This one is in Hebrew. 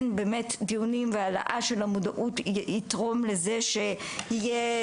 כן באמת דיונים והעלאה של המודעות יתרמו לזה שיהיה